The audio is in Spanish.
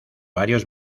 varios